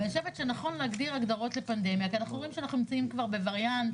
אני חושבת שנכון להגדיר הגדרות שתואמות למגיפה כי אנחנו נמצאים בווריאנט